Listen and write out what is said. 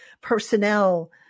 personnel